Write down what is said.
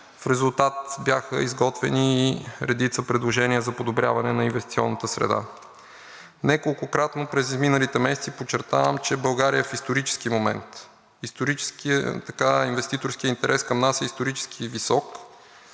В резултат бяха изготвени редица предложения за подобряване на инвестиционната среда. Неколкократно през изминалите месеци, подчертавам, че България е в исторически момент, инвеститорският интерес към нас е исторически висок.